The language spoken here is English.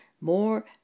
more